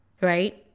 right